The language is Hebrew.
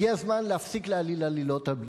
הגיע הזמן להפסיק להעליל עלילות על בנות-היענה.